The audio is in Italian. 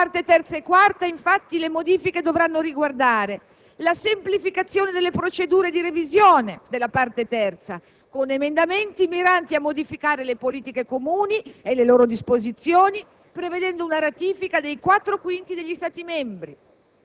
e delle radici culturali e religiose. Nelle parti III e IV, le modifiche dovranno riguardare: la semplificazione delle procedure di revisione della parte III, con emendamenti miranti a modificare le politiche comuni e le loro disposizioni